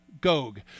Gog